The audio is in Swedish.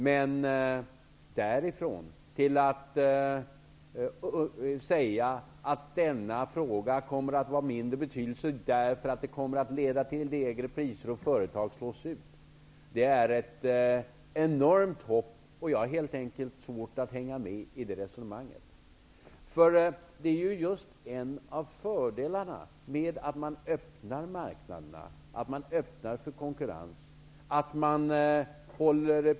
Men därifrån till att säga att denna fråga kommer att ha en mindre betydelse eftersom den leder till lägre priser och att företag slås ut är ett enormt hopp. Jag har helt enkelt svårt att hänga med i resonemanget. En av fördelarna med att öppna marknaderna är att man öppnar för konkurrens.